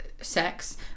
sex